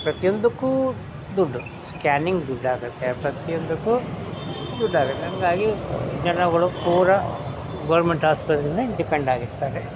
ಪ್ರತಿಯೊಂದಕ್ಕೂ ದುಡ್ಡು ಸ್ಕ್ಯಾನಿಂಗ್ ದುಡ್ಡಾಗುತ್ತೆ ಪ್ರತಿಯೊಂದಕ್ಕೂ ದುಡ್ಡಾಗುತ್ತೆ ಹಂಗಾಗಿ ಜನಗಳು ಪೂರ ಗೋರ್ಮೆಂಟ್ ಆಸ್ಪತ್ರೆಯೇ ಡಿಪೆಂಡ್ ಆಗಿರ್ತಾರೆ